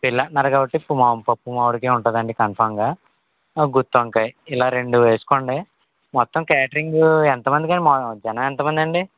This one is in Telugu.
పెళ్ళంటున్నారు కాబట్టి ఇప్పుడు మాం పప్పు మామిడికాయ ఉంటుందండి కంఫర్మ్గా గుత్తి వంకాయ ఇలా రెండు వేసుకోండి మొత్తం క్యాటరింగు ఎంతమందికి మా జనాలు ఎంతమందండి